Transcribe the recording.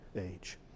age